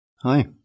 Hi